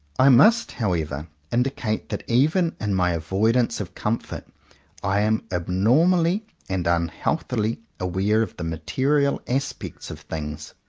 i must however indicate that even in my avoidance of comfort i am abnormally and unhealthily aware of the material aspects of things.